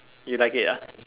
you like it ah